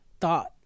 thought